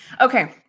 Okay